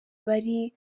bari